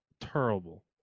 Terrible